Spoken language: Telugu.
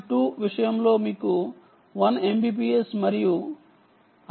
2 విషయంలో మీకు 1 MBPS మరియు 5